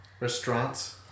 Restaurants